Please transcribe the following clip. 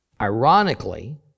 Ironically